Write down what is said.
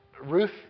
Ruth